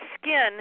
skin